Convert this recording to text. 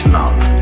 love